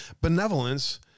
benevolence